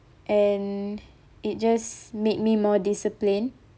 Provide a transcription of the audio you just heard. and it just made me more discipline